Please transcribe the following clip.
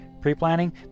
pre-planning